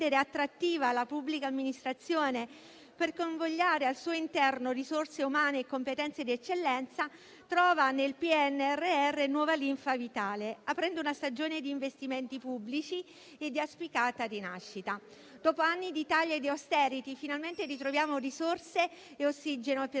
attrattiva la pubblica amministrazione per convogliare al suo interno risorse umane e competenze di eccellenza trova nel PNRR nuova linfa vitale, aprendo una stagione di investimenti pubblici e di auspicata rinascita. Dopo anni di tagli e di *austerity*, finalmente ritroviamo risorse e ossigeno per